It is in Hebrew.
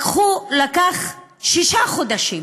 לקח שישה חודשים